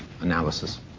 analysis